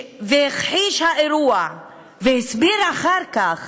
והכחיש את האירוע והסביר אחר כך